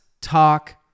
talk